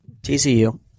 TCU